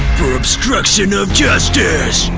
for obstruction of justice,